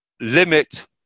limit